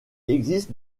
existe